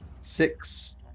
six